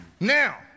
Now